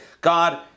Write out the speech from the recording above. God